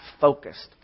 focused